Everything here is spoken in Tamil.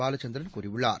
பாலச்சந்திரன் கூறியுள்ளார்